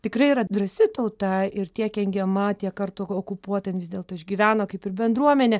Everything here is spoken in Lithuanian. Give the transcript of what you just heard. tikrai yra drąsi tauta ir tiek engiama tiek kartų okupuota jin vis dėlto išgyveno kaip ir bendruomenė